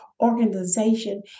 organization